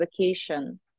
vacation